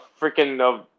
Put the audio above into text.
freaking